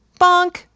bonk